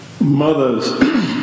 mothers